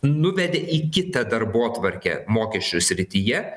nuvedė į kitą darbotvarkę mokesčių srityje